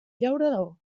llaurador